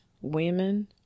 women